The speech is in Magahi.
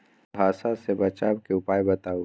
कुहासा से बचाव के उपाय बताऊ?